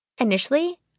Initially